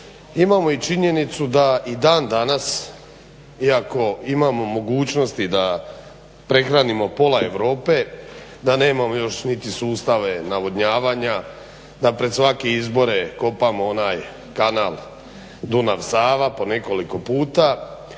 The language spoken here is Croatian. Imamo i činjenicu da i dan danas iako imamo mogućnosti da prehranimo pola Europe da nemamo ni još ni sustave navodnjavanja, da pred svake izbore kopamo onaj kanal Dunav-Sava po nekoliko puta.